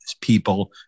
people